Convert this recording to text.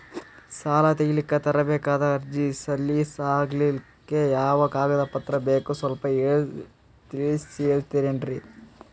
ಸಾಲ ತೆಗಿಲಿಕ್ಕ ತರಬೇಕಾದ ಅರ್ಜಿ ಸಲೀಸ್ ಆಗ್ಲಿಕ್ಕಿ ಯಾವ ಕಾಗದ ಪತ್ರಗಳು ಬೇಕು ಸ್ವಲ್ಪ ತಿಳಿಸತಿರೆನ್ರಿ?